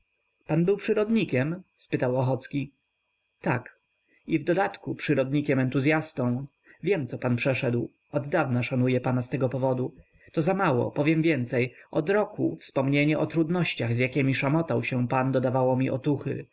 pan był przyrodnikiem spytał ochocki tak i w dodatku przyrodnikiem entuzyastą wiem co pan przeszedł oddawna szanuję pana z tego powodu to zamało powiem więcej od roku wspomnienie o trudnościach z jakiemi szamotał się pan dodawało mi otuchy